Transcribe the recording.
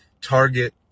target